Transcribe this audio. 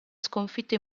sconfitto